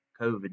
COVID